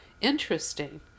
interesting